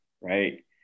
Right